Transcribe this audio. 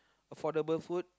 affordable food